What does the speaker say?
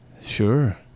Sure